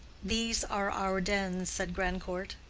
these are our dens, said grandcourt.